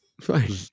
Fine